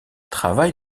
travaille